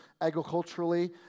agriculturally